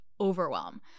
overwhelm